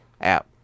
app